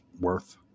worth